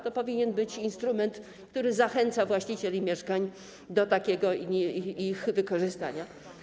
To powinien być instrument, który zachęca właścicieli mieszkań do takiego ich wykorzystania.